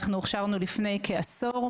אנחנו הכשרנו לפני כעשור.